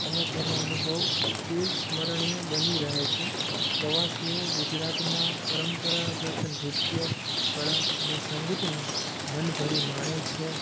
અને તેનો અનુભવ ચીર સ્મરણીય બની રહે છે પ્રવાસીઓ ગુજરાતનાં પરંપરાગત નૃત્ય કળા અને સંગીતને મન ભરી માણે છે